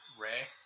Ray